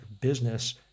business